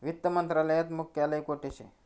वित्त मंत्रालयात मुख्यालय कोठे शे